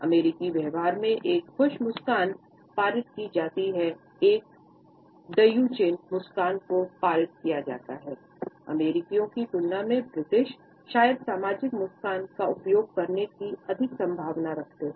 अमेरिकियों की तुलना में ब्रिटिश शायद सामाजिक मुस्कान का उपयोग करने की अधिक संभावना रखते हैं